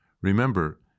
Remember